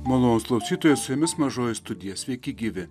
malonūs klausytojai su jumis mažoji studija sveiki gyvi